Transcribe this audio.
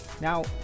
Now